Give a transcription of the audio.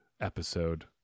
episode